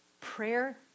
prayer